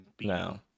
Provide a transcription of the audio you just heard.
No